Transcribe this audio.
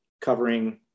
covering